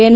N